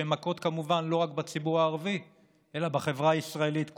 שמכות כמובן לא רק בציבור הערבי אלא בחברה הישראלית כולה.